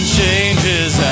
changes